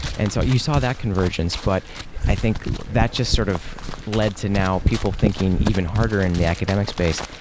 and so you saw that convergence, but i think that just sort of led to, now, people thinking even harder in the academic space.